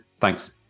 Thanks